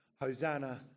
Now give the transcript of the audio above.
Hosanna